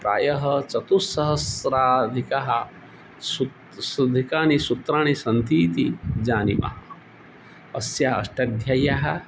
प्रायः चतुस्सहस्राधिकः सुतः शताधिकानि सूत्राणि सन्ति इति जानीमः अस्य अष्टाध्यायः